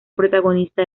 protagonista